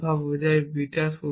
alpha বোঝায় beta